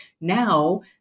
now